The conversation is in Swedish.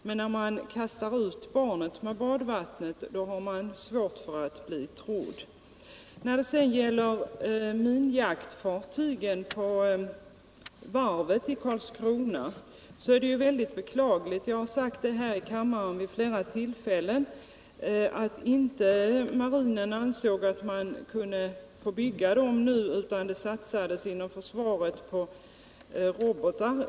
Men när man kastar ut barnet med badvattnet har man svårt för att bli trodd. När det sedan gäller minjaktfartygen på varvet i Karlskrona är det mycket beklagligt att marinen inte ansåg att de kunde byggas nu. Jag har sagt detta vid flera tillfällen. Inom försvaret satsade man i stället på robotar.